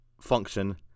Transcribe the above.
function